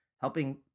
helping